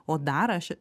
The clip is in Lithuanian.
o dar aš